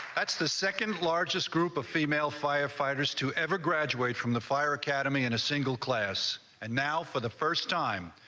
that's the second largest group of female firefighters to ever graduate from the fire academy in a single class and now, for the first time,